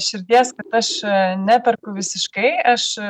širdies aš neperku visiškai aš